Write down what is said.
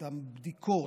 את הבדיקות,